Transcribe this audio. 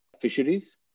fisheries